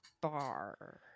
bar